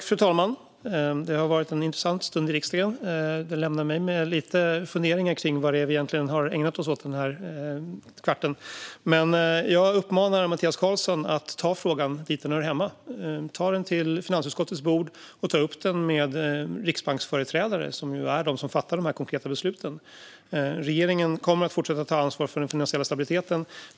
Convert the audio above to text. Fru talman! Det har varit en intressant stund i riksdagen. Den lämnar mig med lite funderingar kring vad vi egentligen har ägnat oss åt den här kvarten. Jag uppmanar Mattias Karlsson att ta frågan dit där den hör hemma. Ta den till finansutskottets bord och ta upp den med riksbanksföreträdare, som ju är de som fattar de konkreta besluten! Regeringen kommer att fortsätta ta ansvar för den finansiella stabiliteten.